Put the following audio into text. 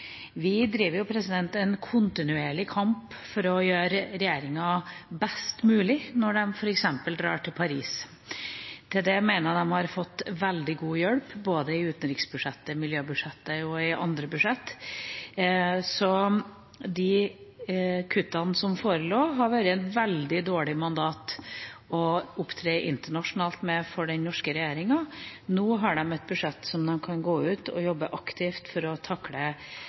Vi driver jo en kontinuerlig kamp for å gjøre regjeringa best mulig når de f.eks. drar til Paris. Til det mener jeg at de har fått veldig god hjelp, både i utenriksbudsjettet, i miljøbudsjettet og i andre budsjett. De kuttene som forelå, hadde vært et veldig dårlig mandat å opptre internasjonalt med for den norske regjeringa. Nå har de et budsjett som gjør at de kan gå ut og jobbe aktivt for å takle